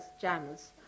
channels